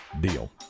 deal